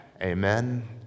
Amen